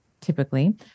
typically